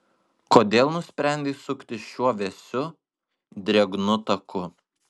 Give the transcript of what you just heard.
kodėl nusprendei sukti šiuo vėsiu drėgnu taku